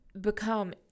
become